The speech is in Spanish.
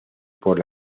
por